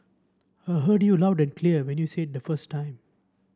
I heard you loud and clear when you said it the first time